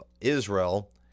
Israel